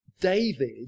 David